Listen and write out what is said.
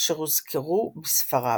אשר הוזכרו בספריו.